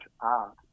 art